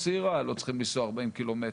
או צעירה לא צריכים לנסוע 40 ק"מ,